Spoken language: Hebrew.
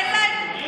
אין להם.